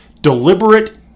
deliberate